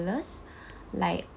like